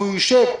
והוא יושב,